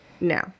No